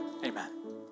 Amen